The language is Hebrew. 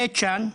מדובר בבית שאן,